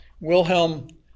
Wilhelm